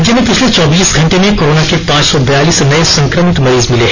राज्य में पिछले चौबीस घंटे में कोरोना के पांच सौ बयालीस नये संक्रमित मरीज मिले